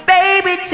Baby